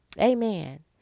Amen